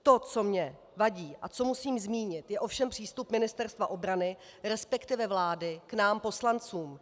To, co mě vadí a co musím zmínit, je ovšem přístup Ministerstva obrany, respektive vlády, k nám poslancům.